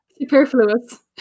Superfluous